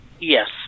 Yes